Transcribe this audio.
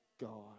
God